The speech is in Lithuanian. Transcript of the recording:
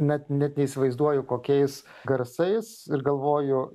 net net neįsivaizduoju kokiais garsais ir galvoju